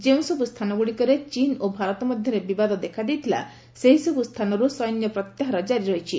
ଯେଉଁ ସବୁ ସ୍ଥାନଗୁଡ଼ିକରେ ଚୀନ୍ ଓ ଭାରତ ମଧ୍ୟରେ ବିବାଦ ଦେଖାଦେଇଥିଲା ସେହିସବୁ ସ୍ଥାନରୁ ସୈନ୍ୟ ପ୍ରତ୍ୟାହାର ଜାରି ରହିଛି